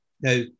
Now